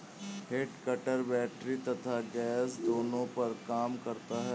head cutter battery तथा gas दोनों पर काम करता है